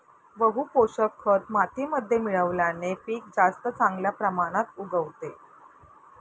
बहू पोषक खत मातीमध्ये मिळवल्याने पीक जास्त चांगल्या प्रमाणात उगवते